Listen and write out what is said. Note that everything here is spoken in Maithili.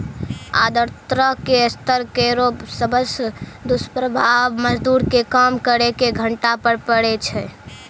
आर्द्रता के स्तर केरो सबसॅ दुस्प्रभाव मजदूर के काम करे के घंटा पर पड़ै छै